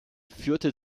führte